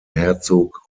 herzog